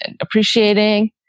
appreciating